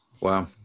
Wow